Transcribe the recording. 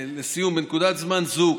בנקודת זמן זו,